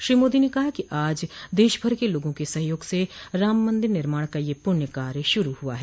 श्री मोदो ने कहा कि आज देशभर के लोगों के सहयोग से राम मन्दिर निर्माण का यह पुण्य कार्य शुरू हुआ है